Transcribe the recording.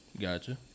Gotcha